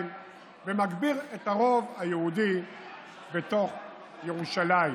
ומגביר את הרוב היהודי בתוך ירושלים.